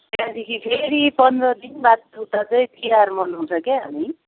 त्यहाँदेखि फेरि पन्ध्र दिन बाद उता चाहिँ तिहार मनाउँछ के हामी